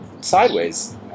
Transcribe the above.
sideways